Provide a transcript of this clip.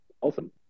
Awesome